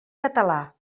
català